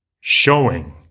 Showing